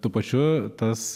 tuo pačiu tas